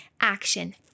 action